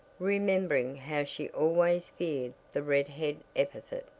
remembering how she always feared the red-head epithet.